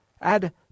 Add